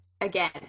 again